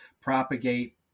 propagate